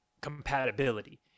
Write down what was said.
compatibility